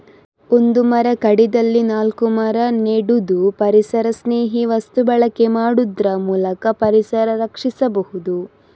ಒಂದು ಮರ ಕಡಿದಲ್ಲಿ ನಾಲ್ಕು ಮರ ನೆಡುದು, ಪರಿಸರಸ್ನೇಹಿ ವಸ್ತು ಬಳಕೆ ಮಾಡುದ್ರ ಮೂಲಕ ಪರಿಸರ ರಕ್ಷಿಸಬಹುದು